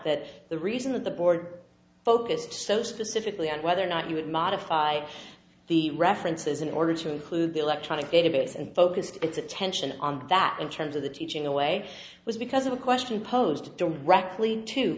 that the reason that the board focused so specifically on whether or not you would modify the references in order to include the electronic database and focus its attention on that in terms of the teaching away was because of a question posed directly to